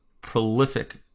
prolific